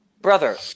brother